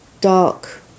dark